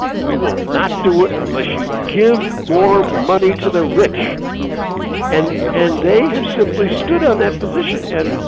we will not do it unless you give more money to the rich and and they have simply stood on that position, and